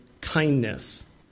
kindness